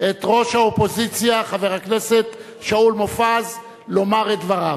את ראש האופוזיציה חבר הכנסת שאול מופז לומר את דבריו.